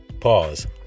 Pause